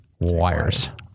Wires